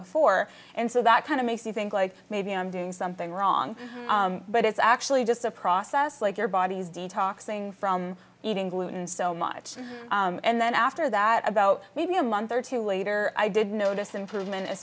before and so that kind of makes you think like maybe i'm doing something wrong but it's actually just a process like your body's detox thing from eating gluten so much and then after that about maybe a month or two later i did notice improvement as